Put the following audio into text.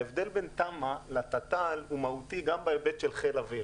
ההבדל בין תמ"א לתת"ל הוא מהותי גם בהיבט של חיל האוויר.